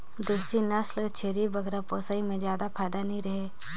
देसी नसल के छेरी बोकरा पोसई में जादा फायदा नइ रहें